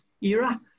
era